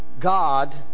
God